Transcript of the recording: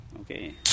Okay